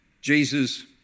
Jesus